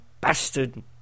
bastard